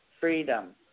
Freedom